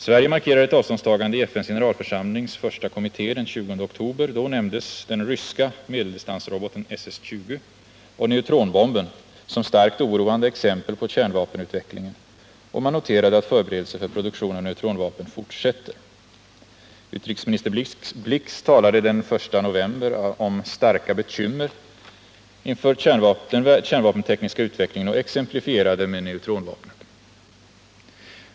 Sverige markerade också ett avståndstagande i FN:s generalförsamlings första kommitté den 20 oktober. Då nämndes den ryska medeldistansroboten SS 20 och neutronbomben som starkt oroande exempel på kärnvapenutvecklingen, och man noterade att förberedelserna för produktion av neutronvapen fortsätter. Utrikesminister Blix talade den 1 november om ”starka bekymmer” inför den kärnvapentekniska utvecklingen och exemplifierade med neutronvapnet.